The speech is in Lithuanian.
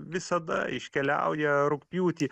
visada iškeliauja rugpjūtį